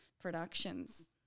Productions